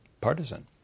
partisan